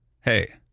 hey